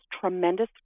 tremendous